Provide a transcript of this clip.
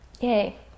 Yay